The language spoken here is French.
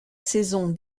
saison